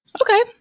Okay